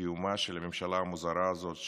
קיומה של הממשלה המוזרה הזאת,